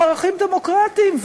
ערכים דמוקרטיים.